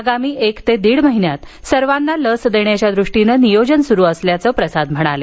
आगामी एक ते दीड महिन्यात सर्वाना लस देण्याच्या दृष्टीनं नियोजन सुरु असल्याचं प्रसाद म्हणाले